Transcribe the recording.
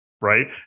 right